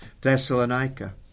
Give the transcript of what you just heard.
Thessalonica